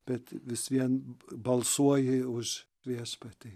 bet vis vien balsuoji už viešpatį